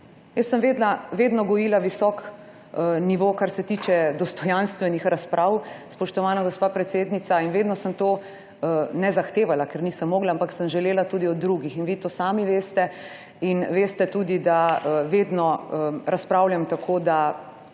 Jaz sem vedno gojila visok nivo, kar se tiče dostojanstvenih razprav, spoštovana gospa predsednica, in vedno sem to, ne zahtevala, ker nisem mogla, ampak sem želela tudi od drugih. Vi to sami veste in veste tudi, da vedno razpravljam tako, da